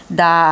da